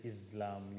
Islam